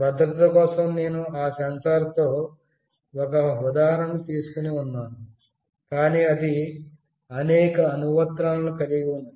భద్రతకోసం నేను ఆ సెన్సార్ తో ఒక ఉదాహరణ తీసుకొని ఉన్నాను కానీ అది అనేక అనువర్తనాలను కలిగియున్నది